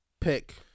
pick